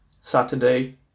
saturday